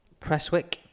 Presswick